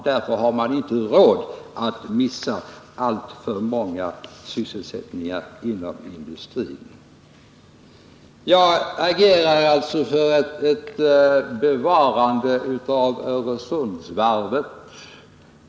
Därför har vi inte råd att mista ett stort antal sysselsättningar inom industrin. Jag agerar alltså för bevarande av Öresundsvarvet.